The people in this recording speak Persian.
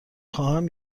خواهم